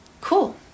cool